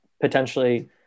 potentially